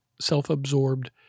self-absorbed